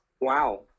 Wow